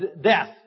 death